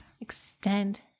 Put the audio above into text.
Extend